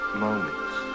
moments